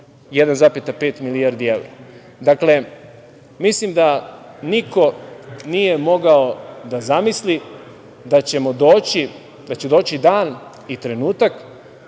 1,5 milijardi evra. Mislim da niko nije mogao da zamisli da će doći dan i trenutak